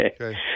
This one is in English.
Okay